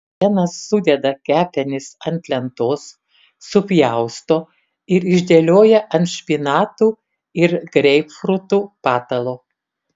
benas sudeda kepenis ant lentos supjausto ir išdėlioja ant špinatų ir greipfrutų patalo